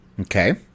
Okay